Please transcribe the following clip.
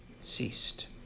ceased